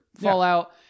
Fallout